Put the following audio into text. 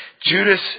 Judas